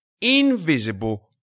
invisible